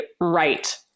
right